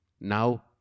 Now